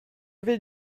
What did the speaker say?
vais